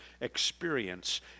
experience